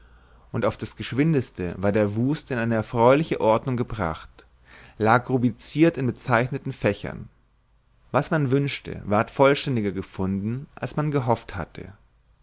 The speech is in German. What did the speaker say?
und auf das geschwindeste war der wust in eine erfreuliche ordnung gebracht lag rubriziert in bezeichneten fächern was man wünschte ward vollständiger gefunden als man gehofft hatte